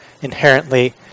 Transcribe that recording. inherently